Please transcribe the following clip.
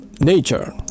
nature